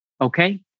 okay